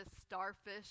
starfish